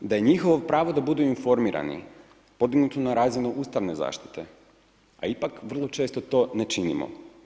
da je njihovo pravo da budu informirani podignutu na razinu ustavne zaštite, a i ipak vrlo često to ne činimo.